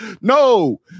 No